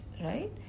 right